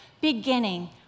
beginning